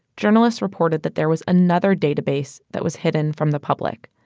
journalists reported that there was another database that was hidden from the public.